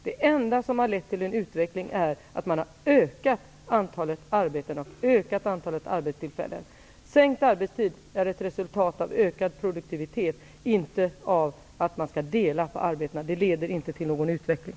Det enda som har lett till en utveckling är att man har ökat antalet arbetstillfällen. Sänkt arbetstid är ett resultat av ökad produktivitet, inte av att man delar på arbetena. Det leder inte till någon utveckling.